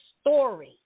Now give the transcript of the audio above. story